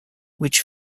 which